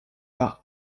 par